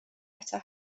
eto